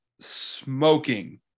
smoking